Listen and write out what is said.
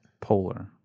Polar